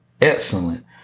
excellent